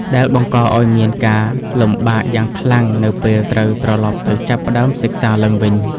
ដែលបង្កឱ្យមានការលំបាកយ៉ាងខ្លាំងនៅពេលត្រូវត្រឡប់ទៅចាប់ផ្តើមសិក្សាឡើងវិញ។